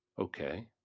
Okay